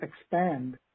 expand